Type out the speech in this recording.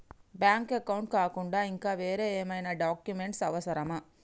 Bank account కాకుండా ఇంకా వేరే ఏమైనా డాక్యుమెంట్స్ అవసరమా?